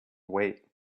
wait